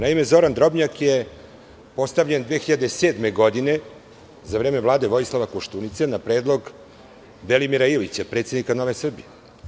Naime, Zoran Drobnjak je postavljen 2007. godine, za vreme Vlade Vojislava Koštunice, a na predlog Velimira Ilića, predsednika Nove Srbije.